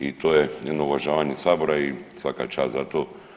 I to je jedno uvažavanje sabora i svaka čast za to.